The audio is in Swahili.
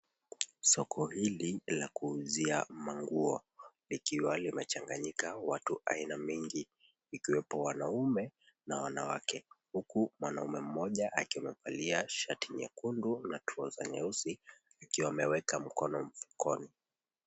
Soko hili la kuuzia nguo, likiwa limechanganyika watu aina mingi ikiwepo wanaume kwa wanawake. Huku mwanaume mmoja akiwa amevalia shati jekundu na trouser nyeusi ikiwa ameweka mkono mfukoni.